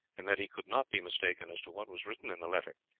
and that he could not be mistaken as to what was written in the letter.